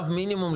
מינימום,